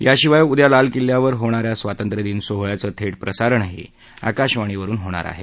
याशिवाय उद्या लाल किल्ल्यावर होणा या स्वातंत्र्यादिन सोहळ्याचं थेट प्रसारणही आकाशवाणीवरून होणार आहे